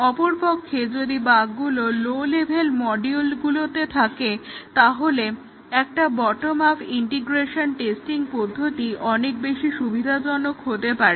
অপরপক্ষে যদি বাগগুলো লো লেভেল মডিউলগুলোতে থাকে তাহলে একটা বটম আপ ইন্টিগ্রেশন টেস্টিং পদ্ধতি অনেক বেশি সুবিধাজনক হতে পারে